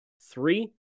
three